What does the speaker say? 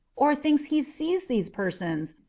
or thinks he sees these persons,